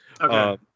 Okay